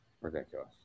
Ridiculous